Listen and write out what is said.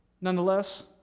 nonetheless